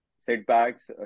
setbacks